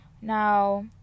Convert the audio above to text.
Now